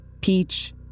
peach